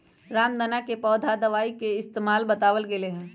रामदाना के पौधा दवाई के इस्तेमाल बतावल गैले है